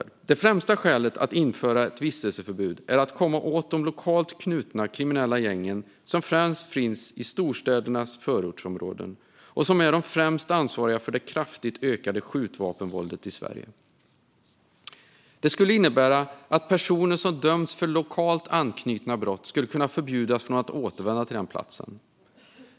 Det främsta skälet för att införa ett vistelseförbud är att komma åt de lokalt knutna kriminella gäng som finns i främst storstädernas förortsområden och som är främst ansvariga för det kraftigt ökande skjutvapenvåldet i Sverige. Det skulle innebära att personer som dömts för lokalt anknutna brott skulle kunna förbjudas att återvända till den platsen.